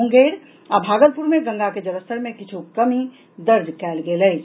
मुंगेर आ भागलपुर मे गंगा के जलस्तर मे किछु कमी दर्ज कयल गेल अछि